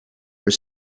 were